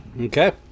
Okay